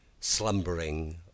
slumbering